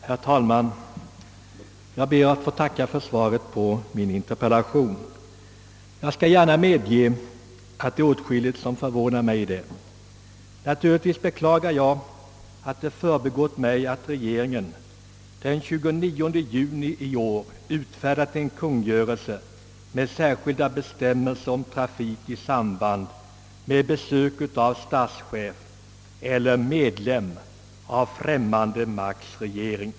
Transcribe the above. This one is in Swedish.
Herr talman! Jag ber att få tacka för svaret på min interpellation. Jag skall gärna medge att det finns åtskilligt som förvånar mig i svaret. Givetvis beklagar jag att det undgått mig att regeringen den 29 juni i år utfärdade en kungörelse med särskilda bestämmelser om trafik i samband med besök av statschef eller medlem av främmande makts regering.